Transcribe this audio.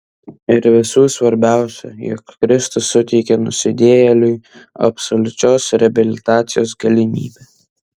ir visų svarbiausia jog kristus suteikė nusidėjėliui absoliučios reabilitacijos galimybę